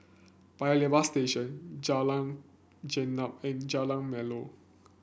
Paya Lebar Station Jalan Gelam and Jalan Melor